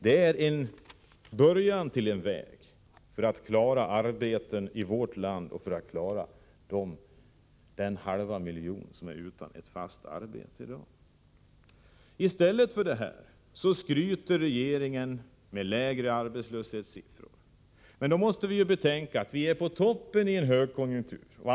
Det är en början på en väg för att klara arbeten i vårt land och för att skapa arbete åt den halva miljon människor som är utan ett fast arbete i dag. I stället för detta skryter regeringen med lägre arbetslöshetssiffror. Då måste vi betänka att vi nu är på toppen av en högkonjunktur.